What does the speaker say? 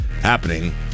happening